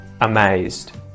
Amazed